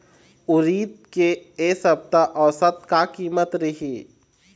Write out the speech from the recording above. उरीद के ए सप्ता औसत का कीमत रिही?